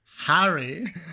Harry